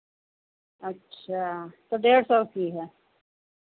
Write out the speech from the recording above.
अच्छा तो डेढ़ सौ की है